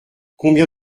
combien